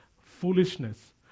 foolishness